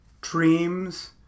dreams